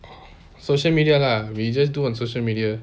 social media lah we just do on social media